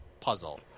puzzle